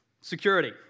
security